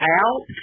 out